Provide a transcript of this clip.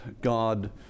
God